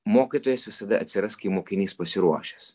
mokytojas visada atsiras kai mokinys pasiruošęs